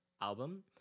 album